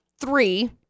three